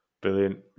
Brilliant